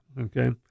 okay